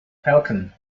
falcon